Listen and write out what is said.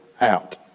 out